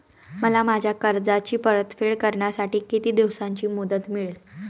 मला माझ्या कर्जाची परतफेड करण्यासाठी किती दिवसांची मुदत मिळेल?